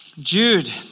Jude